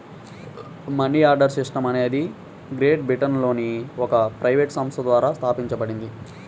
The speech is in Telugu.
మనీ ఆర్డర్ సిస్టమ్ అనేది గ్రేట్ బ్రిటన్లోని ఒక ప్రైవేట్ సంస్థ ద్వారా స్థాపించబడింది